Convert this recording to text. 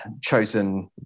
chosen